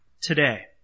today